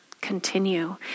continue